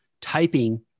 Typing